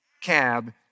cab